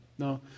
No